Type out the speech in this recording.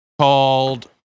called